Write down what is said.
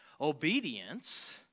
Obedience